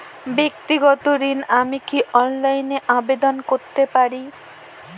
ব্যাক্তিগত ঋণ আমি কি অনলাইন এ আবেদন করতে পারি?